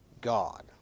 God